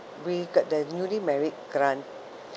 we got the newly married grant